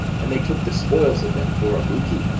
and they took the spoils of them for a booty,